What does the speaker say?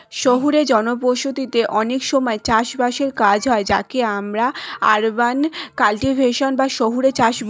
শহুরে জনবসতিতে অনেক সময় চাষ বাসের কাজ হয় যাকে আমরা আরবান কাল্টিভেশন বা শহুরে চাষ বলি